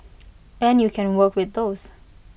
and you can work with those